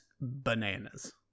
bananas